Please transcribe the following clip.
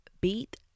beat